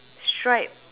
striped